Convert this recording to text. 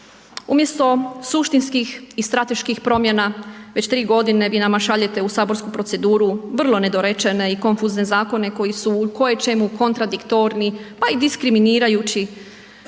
Umjesto suštinskih i strateških promjena već 3 g. vi nama šaljete u saborsku proceduru vrlo nedorečene i konfuzne zakone koji su u koječemu kontradiktorni pa i diskriminirajući.